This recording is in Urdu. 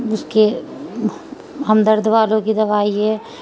اس کے ہمدرد والوں کی دوائی ہے